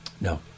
No